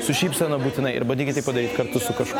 su šypsena būtinai ir bandykite padaryti kartu su kažkuo